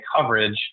coverage